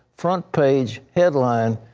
front page headline,